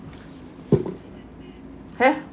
eh